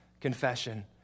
confession